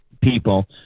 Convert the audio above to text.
people